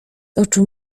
oczu